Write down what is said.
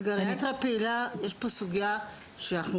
בגריאטריה הפעילה יש כשל שוק.